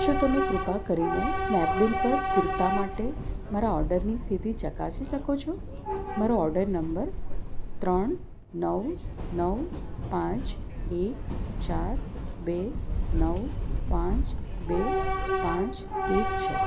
શું તમે કૃપા કરીને સ્નેપડીલ પર કુર્તા માટે મારા ઓર્ડરની સ્થિતિ ચકાસી શકો છો મારો ઓર્ડર નંબર ત્રણ નવ નવ પાંચ એક ચાર બે નવ પાંચ બે પાંચ એક છે